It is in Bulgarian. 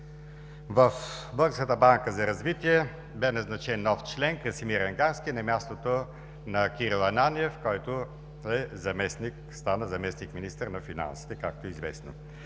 В Българската банка за развитие бе назначен нов член – Красимир Ангарски, на мястото на Кирил Ананиев, който стана министър на финансите, както е известно.